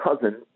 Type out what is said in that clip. cousin